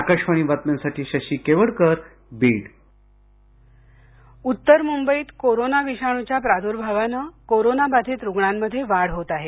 आकाशवाणी बातम्यांसाठी शशी केवडकर बीड गुहनिर्माण संस्था उत्तर मुंबईत कोरोना विषाणूच्या प्रादूर्भावानं कोरोनाबाधित रुग्णांमध्ये वाढ होत आहे